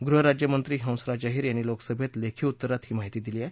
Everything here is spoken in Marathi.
गृह राज्य मंत्री हंसराज अहीर यांनी लोकसभेत लेखी उत्तरात ही माहिती दिलीय